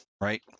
right